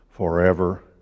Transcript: Forever